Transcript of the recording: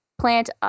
plant